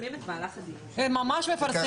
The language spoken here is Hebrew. הם ממש מפרסמים.